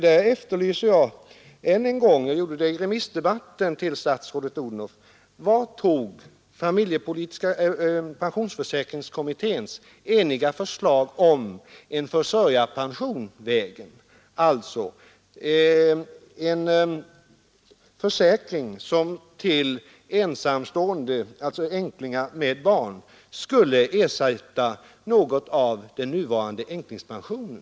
Där efterlyser jag än en gång — liksom jag gjorde i remissdebatten till statsrådet Odhnoff — pensionsförsäkringskommitténs enhälliga förslag om en försörjarpension. Vart tog det förslaget vägen? Det gällde en försäkring som för änklingar med barn skulle ersätta något av den nuvarande änklingspensionen.